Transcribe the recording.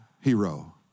hero